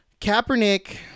Kaepernick